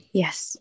yes